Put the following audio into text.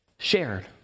Shared